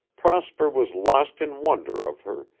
prosper was lost in wonder of her,